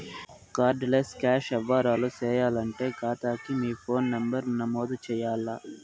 card less cash యవ్వారాలు సేయాలంటే కాతాకి మీ ఫోను నంబరు నమోదు చెయ్యాల్ల